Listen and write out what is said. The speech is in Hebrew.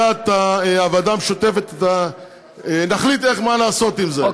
למליאת הוועדה המשותפת נחליט מה לעשות עם זה,